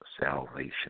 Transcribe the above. salvation